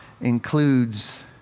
includes